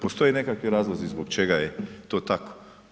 Postoje neki razlozi zbog čega je to tako.